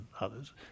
others